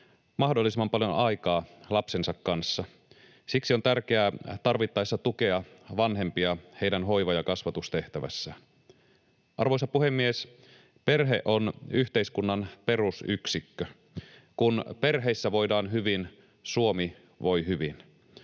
mahdollisimman paljon aikaa lapsensa kanssa. Siksi on tärkeää tarvittaessa tukea vanhempia heidän hoiva- ja kasvatustehtävässään. Arvoisa puhemies! Perhe on yhteiskunnan perusyksikkö. Kun perheissä voidaan hyvin, Suomi voi hyvin.